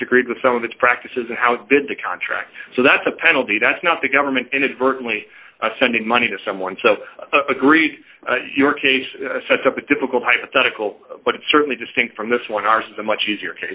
disagreed with some of its practices and how did the contract so that's a penalty that's not the government inadvertently sending money to someone so agreed your case sets up a difficult hypothetical but it certainly distinct from this one are so much easier